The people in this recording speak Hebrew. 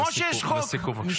כמו שיש חוק --- לסיכום, בבקשה.